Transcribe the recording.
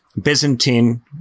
Byzantine